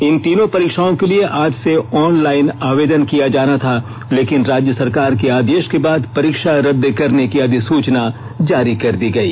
इन तीनों परीक्षाओं के लिए आज से ऑनलाइन आवेदन किया जाना था लेकिन राज्य सरकार के आदेश के बाद परीक्षा रद्द करने की अधिसूचना जारी कर दी गयी